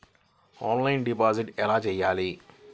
Offline deposit ఎలా చేయాలి?